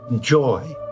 joy